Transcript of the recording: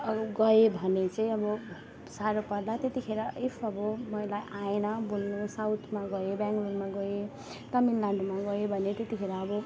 अब गएँ भने चाहिँ अब साह्रो पर्ला त्यतिखेर इफ अब मलाई आएन बोल्नु साउथमा गएँ ब्याङ्गलोरमा गएँ तामिलनाडूमा गए भने त्यतिखेर अब